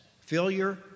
failure